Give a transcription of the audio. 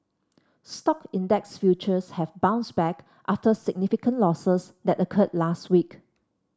stock index futures have bounced back after significant losses that occurred last week